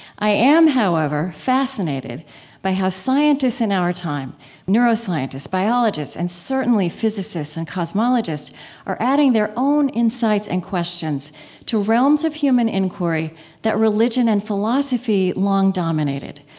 i am, however, fascinated by how scientists in our time neuroscientists, biologists, and certainly physicists and cosmologists are adding their own insights and questions to realms of human inquiry that religion and philosophy long dominated.